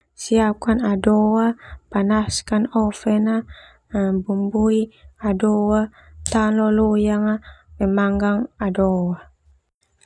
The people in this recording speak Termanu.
Siapkan ado, panaskan oven, bumbui ado, taon lo loyang, memanggang ado.